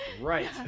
right